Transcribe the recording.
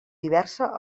diversa